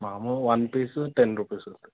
mango one piece ten rupees